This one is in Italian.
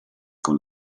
con